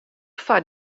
foar